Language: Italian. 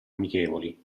amichevoli